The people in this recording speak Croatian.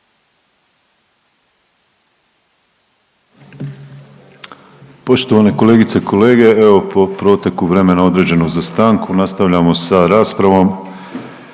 Poštovane kolegice i kolege, evo po proteku vremena određenog za stanku nastavljamo s raspravom.